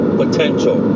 potential